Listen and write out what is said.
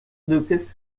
lucas